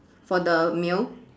for the male